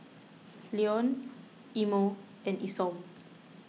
Leon Imo and Isom